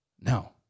No